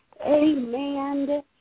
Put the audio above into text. amen